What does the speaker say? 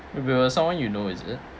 maybe with someone you know is it